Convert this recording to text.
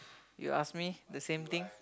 you ask me the same thing